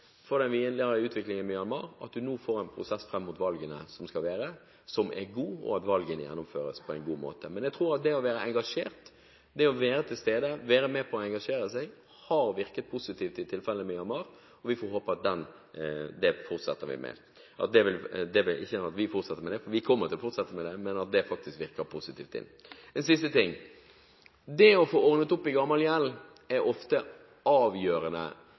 vi følger opp dette. Vi vil følge utviklingen, for det er helt avgjørende for den videre utvikling i Myanmar at vi nå får en god prosess fram mot valgene som skal skje, og at valgene gjennomføres på en god måte. Jeg tror at det å være engasjert, det å være til stede, være med på å engasjere seg, har virket positivt i tilfellet Myanmar, og vi får håpe at det vil fortsette. En siste ting: Det å få ordnet opp i gammel gjeld er ofte avgjørende for at du skal kunne være i stand til å ta opp nye lån. Nye lån til investeringer i